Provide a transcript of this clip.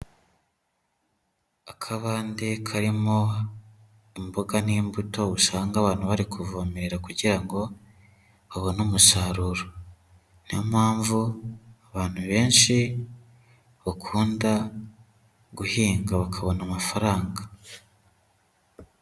Akabande karimo imboga n'imbuto usanga abantu bari kuvomera kugira ngo babone umusaruro. Niyo mpamvu abantu benshi bakunda guhinga, bakabona amafaranga.